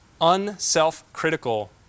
unself-critical